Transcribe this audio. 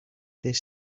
this